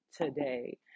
today